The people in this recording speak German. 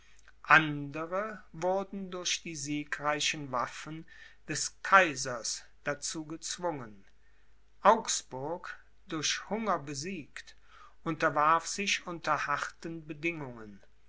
andere wurden durch die siegreichen waffen des kaisers dazu gezwungen augsburg durch hunger besiegt unterwarf sich unter harten bedingungen